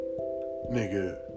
nigga